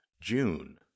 June